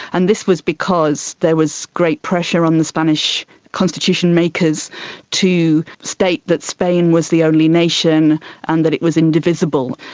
and this was because there was great pressure on the spanish constitution makers to state that spain was the only nation and that it was indivisible.